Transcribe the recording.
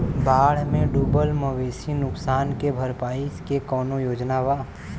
बाढ़ में डुबल मवेशी नुकसान के भरपाई के कौनो योजना वा?